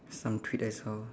some tweet I saw